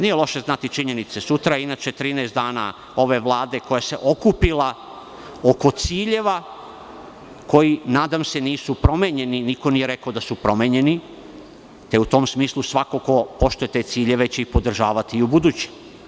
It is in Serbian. Nije loše znati činjenice, sutra je inače 13 dana ove Vlade koja se okupila oko ciljeva koji nadam se nisu promenjeni, jer niko nije rekao da su promenjeni, te u tom smislu svako ko poštuje te ciljeve će je podržavati i u buduće.